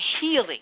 healing